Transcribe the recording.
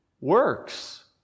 works